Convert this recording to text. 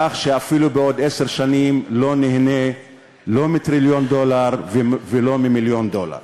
כך שאפילו בעוד עשר שנים לא ניהנה לא מטריליון דולר ולא ממיליון דולר.